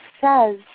says